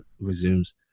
resumes